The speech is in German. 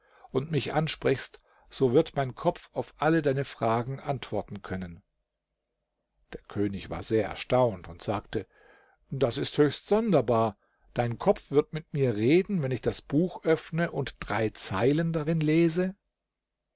und mich ansprichst so wird mein kopf auf alle deine fragen antworten können der könig war sehr erstaunt und sagte das ist höchst sonderbar dein kopf wird mit mir reden wenn ich das buch öffne und drei zeilen darin lese